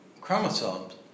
chromosomes